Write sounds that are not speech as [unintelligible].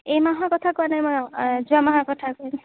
এইমাহৰ কথা কোৱা নাই মই যোৱা মাহৰ কথা [unintelligible]